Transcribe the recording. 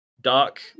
dark